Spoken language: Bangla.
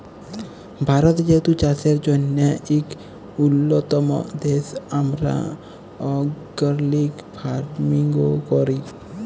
ভারত যেহেতু চাষের জ্যনহে ইক উল্যতম দ্যাশ, আমরা অর্গ্যালিক ফার্মিংও ক্যরি